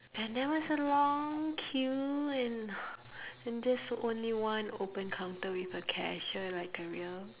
and there was a long queue and and just only one open counter with a cashier like a real